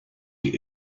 die